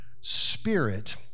spirit